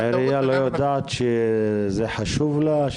העירייה לא יודעת שזה חשוב לה?